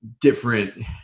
different